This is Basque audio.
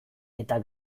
eta